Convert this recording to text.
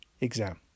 exam